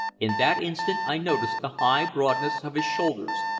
in that instant i noticed the high broadness of his shoulders,